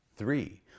Three